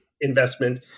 investment